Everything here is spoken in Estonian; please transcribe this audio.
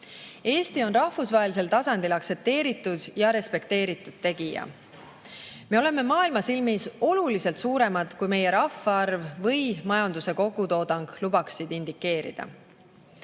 Eesti on rahvusvahelisel tasandil aktsepteeritud ja respekteeritud tegija. Me oleme maailma silmis oluliselt suuremad, kui meie rahvaarv või majanduse kogutoodang lubaksid indikeerida.